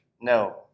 No